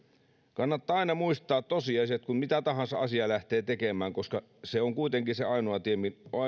kannattaa aina muistaa tosiasiat kun mitä tahansa asiaa lähtee tekemään koska se on kuitenkin se ainoa tie